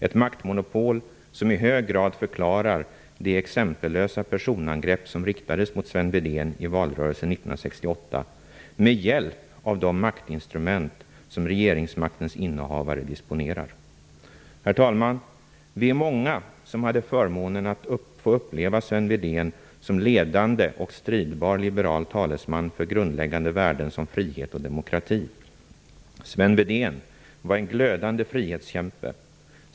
Ett maktmonopol som i hög grad förklarar det exempellösa personangrepp som riktades mot Sven Wedén i valrörelsen 1968 med hjälp av de maktinstrument som regeringsmaktens innehavare disponerar. Herr talman! Vi är många som hade förmånen att få uppleva Sven Wedén som ledande och stridbar liberal talesman för grundläggande värden som frihet och demokrati. Sven Wedén var en glödande frihetskämpe.